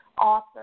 author